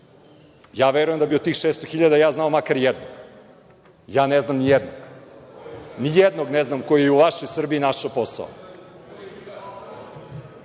Verujem da bi od tih 600.000 ja znao makar jednog, a ja ne znam ni jednog. Ni jednog ne znam koji je u vašoj Srbiji našao posao. Ali,